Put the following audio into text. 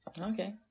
Okay